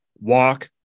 walk